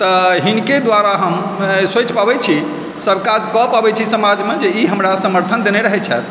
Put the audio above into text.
तऽ हिनके द्वारा हम सोचि पबै छी सबकाज कऽ पबै छी समाजमे जे ई हमरा समर्थन देने रहै छथि